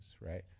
right